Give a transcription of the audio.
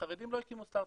חרדים לא הקימו סטארט-אפים.